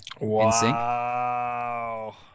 wow